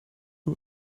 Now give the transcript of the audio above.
who